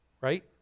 Right